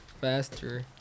faster